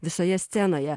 visoje scenoje